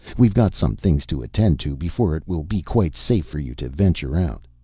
we've got some things to attend to before it will be quite safe for you to venture out.